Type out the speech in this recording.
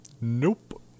nope